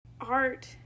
Art